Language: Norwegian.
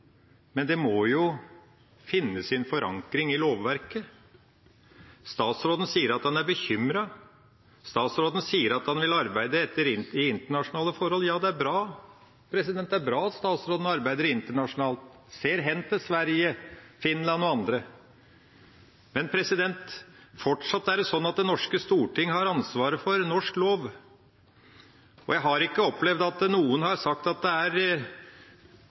Men det må jo finne sin forankring i lovverket. Statsråden sier at han er bekymret. Statsråden sier at han vil arbeide etter internasjonale forhold. Ja, det er bra at statsråden arbeider internasjonalt og ser hen til Sverige, Finland og andre. Men fortsatt er det sånn at Det norske storting har ansvaret for norsk lov. Jeg har ikke opplevd at noen har sagt at det er